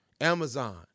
Amazon